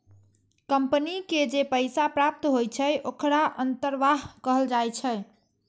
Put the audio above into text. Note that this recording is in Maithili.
कंपनी के जे पैसा प्राप्त होइ छै, ओखरा अंतर्वाह कहल जाइ छै